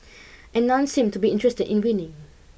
and none seemed to be interested in winning